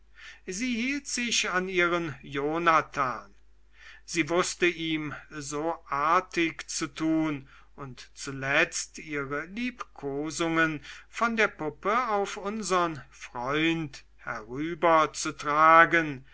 sie hielt sich an ihren jonathan sie wußte ihm so artig zu tun und zuletzt ihre liebkosungen von der puppe auf unsern freund herüberzutragen